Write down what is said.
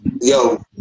yo